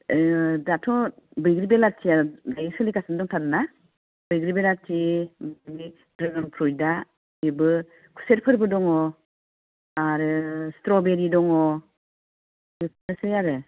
दाथ' बैग्रि बिलाथिया दायो सोलिगानो दंथारो ना बैग्रि बिलाथि ओमफ्राय द्रेगन फ्रुइटआ बेबो खुसेरफोरबो दङ आरो स्ट्र'बेरि दङ बेफोरसै आरो